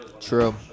True